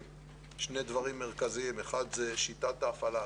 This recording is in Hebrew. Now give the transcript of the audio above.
שני דברים מרכזיים האחד הוא שיטת ההפעלה,